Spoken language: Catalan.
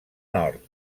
nord